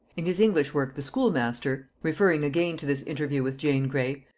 in his english work the schoolmaster referring again to this interview with jane grey,